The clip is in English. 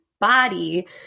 body